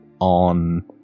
on